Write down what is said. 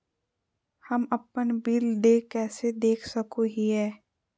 हम अपन बिल देय कैसे देख सको हियै?